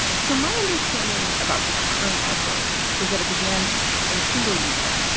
so my understanding about this current outbreak is that it began in a single unit.